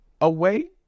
away